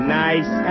nice